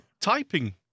Typing